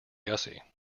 gussie